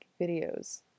videos